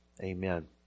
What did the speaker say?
Amen